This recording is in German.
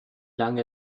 lange